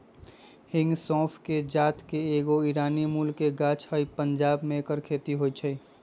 हिंग सौफ़ कें जात के एगो ईरानी मूल के गाछ हइ पंजाब में ऐकर खेती होई छै